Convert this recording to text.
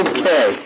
Okay